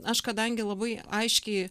aš kadangi labai aiškiai